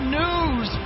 news